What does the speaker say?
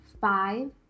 five